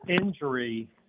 injury